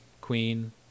queen